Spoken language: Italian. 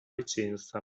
licenza